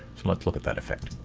so let's look at that effect.